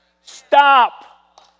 Stop